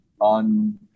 on